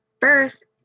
first